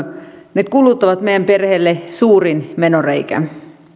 ne kulut ovat meidän perheelle suurin menoreikä